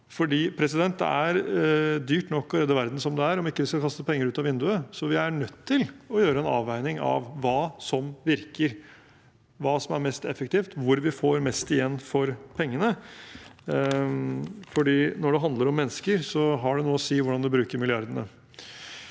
sammenheng. Det er dyrt nok å redde verden som det er, om ikke vi skal kaste penger ut av vinduet, så vi er nødt til å gjøre en avveining av hva som virker, hva som er mest effektivt, og hvor vi får mest igjen for pengene. For når det handler om mennesker, har det noe å si hvordan en bruker milliardene.